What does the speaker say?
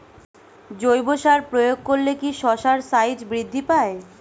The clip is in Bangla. জৈব সার প্রয়োগ করলে কি শশার সাইজ বৃদ্ধি পায়?